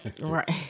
Right